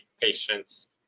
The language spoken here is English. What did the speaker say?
patients